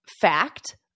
fact